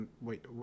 Wait